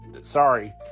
sorry